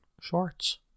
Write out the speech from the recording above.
Shorts